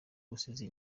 usize